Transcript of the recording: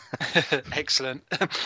Excellent